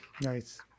nice